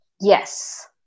Yes